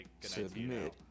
Submit